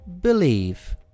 Believe